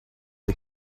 the